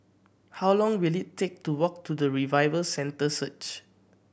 how long will it take to walk to the Revival Centre Search